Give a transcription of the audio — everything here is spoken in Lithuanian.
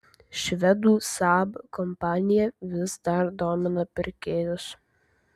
švedų saab kompanija vis dar domina pirkėjus